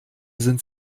sind